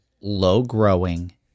low-growing